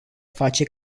face